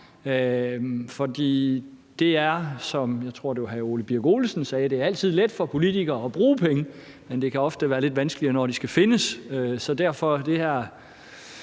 For det er, som hr. Ole Birk Olesen – jeg tror, det var ham – sagde, altid let for politikere at bruge penge, men det kan ofte være lidt vanskeligere, når de skal findes. Så hvad angår det her